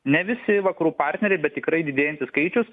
ne visi vakarų partneriai bet tikrai didėjantis skaičius